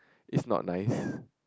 it's not nice